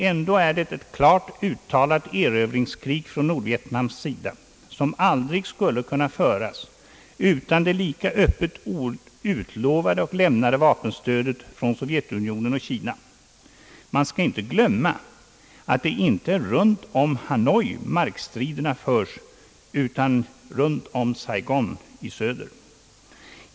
Ändå är det ett klart uttalat erövringskrig från Nordvietnams sida, som aldrig skulle kunna föras utan det lika öppet utlovade och lämnade vapenstödet från Sovjetunionen och Kina. Man skall inte glömma att det inte är runt om Hanoi markstriderna äger rum utan runt om Saigon i söder.